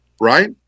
Right